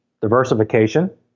Diversification